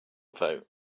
vote